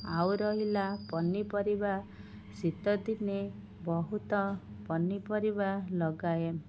ଆଉ ରହିଲା ପନିପରିବା ଶୀତଦିନେ ବହୁତ ପନିପରିବା ଲଗାଏ